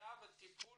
מניעה וטיפול